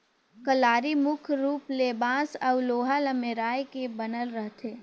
कलारी मुख रूप ले बांस अउ लोहा ल मेराए के बनल रहथे